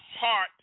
heart